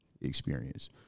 experience